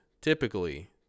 typically